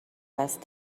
دست